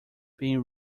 being